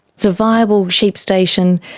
it's a viable sheep station.